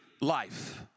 life